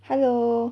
hello